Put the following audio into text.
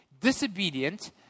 disobedient